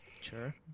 Sure